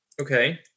Okay